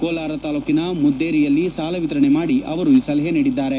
ಕೋಲಾರ ತಾಲೂಕಿನ ಮಧ್ದೇರಿಯಲ್ಲಿ ಸಾಲ ವಿತರಣೆ ಮಾಡಿ ಅವರು ಈ ಸಲಹೆ ನೀಡಿದ್ದಾರೆ